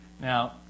Now